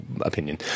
opinion